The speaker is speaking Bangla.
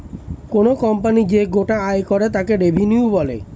কোনো কোম্পানি যে গোটা আয় করে তাকে রেভিনিউ বলে